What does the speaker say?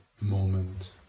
moment